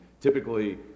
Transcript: typically